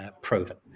proven